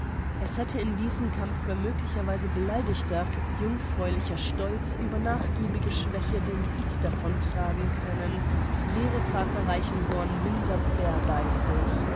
es hätte in diesem kampfe möglicherweise beleidigter jungfräulicher stolz über nachgiebige schwäche den sieg davon tragen können wäre vater reichenborn minder bärbeißig